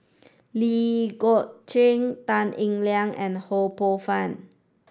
lee Gek Tan Eng Liang and Ho Poh Fun